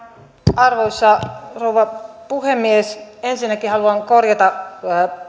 arvoisa rouva puhemies ensinnäkin haluan korjata